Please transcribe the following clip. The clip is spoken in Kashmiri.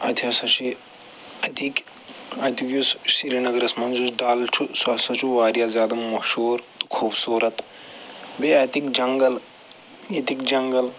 اَتہِ ہَسا چھِ اَتِکۍ یُس سرینگرس منٛز یُس ڈل چھُ سُہ ہَسا چھُ وارِیاہ زیادٕ مشہوٗر خوٗبصوٗرت بیٚیہِ اَتِکۍ جنگل ییٚتِکۍ جنگل